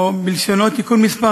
או בלשונו, תיקון מס'